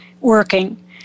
working